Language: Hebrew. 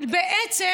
אבל לעשות מה?